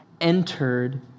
entered